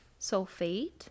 sulfate